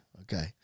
Okay